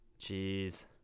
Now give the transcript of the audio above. Jeez